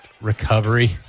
recovery